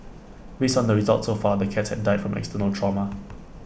based on the results so far the cats had died from external trauma